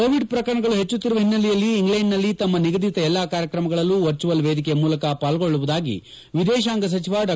Covid ಪ್ರಕರಣಗಳು ಹೆಚ್ಚುತ್ತಿರುವ ಹಿನ್ನೆಲೆಯಲ್ಲಿ ಇಂಗ್ಲೆಂಡ್ನಲ್ಲಿ ತಮ್ಮ ನಿಗದಿತ ಎಲ್ಲಾ ಕಾರ್ಯಕ್ರಮಗಳಲ್ಲೂ ವರ್ಚುವಲ್ ವೇದಿಕೆ ಮೂಲಕ ಪಾಲ್ಗೊಳ್ಳುವುದಾಗಿ ವಿದೇಶಾಂಗ ಸಚಿವ ಡಾ